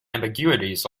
ambiguities